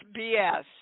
BS